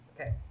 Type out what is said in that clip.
Okay